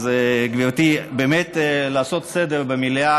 אז גברתי, באמת, לעשות סדר במליאה.